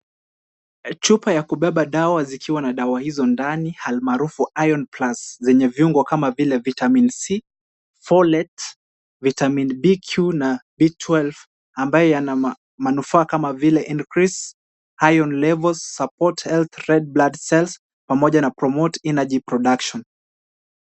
Chupa ya kubeba dawa zikiwa na dawa hizo ndani almaarufu, iron plus zenye viungo kama vile vitamin C, Four let, vitamin BQ na B12 ,ambayo yana manufaa kama vile; increase iron levels, support health red blood cells pamoja na promote energy production .